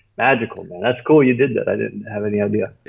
magical man, that's cool you did that i didn't have any idea.